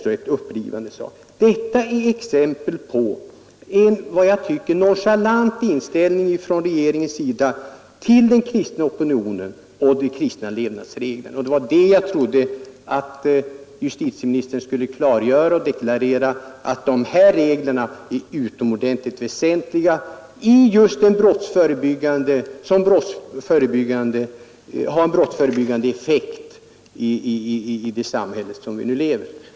2 november 1972 Detta är exempel på en som jag tycker nonchalant inställning från —- regeringens sida till den kristna opinionen och de kristna levnadsreglerna. Ang. det kristna Jag trodde att justitieministern skulle ta tillfället i akt att deklarera dessa = NOrmSystemets reglers utomordentligt väsentliga och brottsförebyggande effekt i det brottsförebyggande samhälle som vi lever i.